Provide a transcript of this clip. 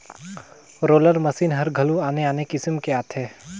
roller machine हर घलो आने आने किसम के आथे